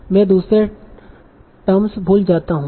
मैं दूसरे टर्म्स भूल जाता हूं